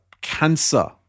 cancer